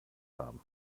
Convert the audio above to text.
haben